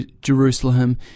Jerusalem